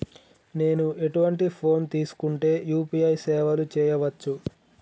నేను ఎటువంటి ఫోన్ తీసుకుంటే యూ.పీ.ఐ సేవలు చేయవచ్చు?